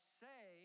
say